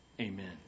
Amen